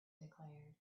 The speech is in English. declared